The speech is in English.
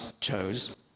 chose